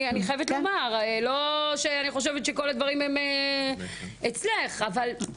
אני חייבת לומר שלא שאני חושבת שכול הדברים אצלך אבל...